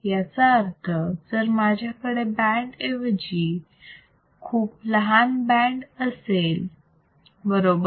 याचा अर्थ जर माझ्याकडे या बँड ऐवजी खूप लहान बँड असेल बरोबर